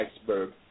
iceberg